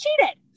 cheated